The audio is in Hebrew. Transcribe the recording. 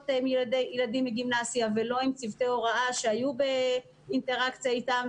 עם ילדים בגימנסיה או לצוותי הוראה שהיו באינטראקציה איתם,